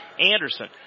Anderson